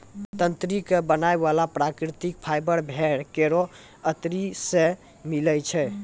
तंत्री क बनाय वाला प्राकृतिक फाइबर भेड़ केरो अतरी सें मिलै छै